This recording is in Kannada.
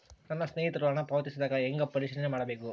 ನನ್ನ ಸ್ನೇಹಿತರು ಹಣ ಪಾವತಿಸಿದಾಗ ಹೆಂಗ ಪರಿಶೇಲನೆ ಮಾಡಬೇಕು?